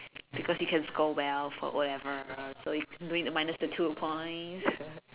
because you can score well for O-level so you don't need to minus the two points